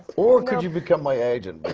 or could you become my agent,